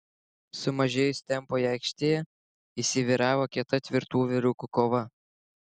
sumažėjus tempui aikštėje įsivyravo kieta tvirtų vyrukų kova